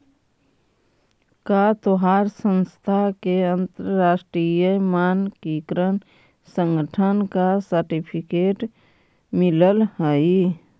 का तोहार संस्था को अंतरराष्ट्रीय मानकीकरण संगठन का सर्टिफिकेट मिलल हई